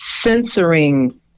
censoring